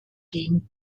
ging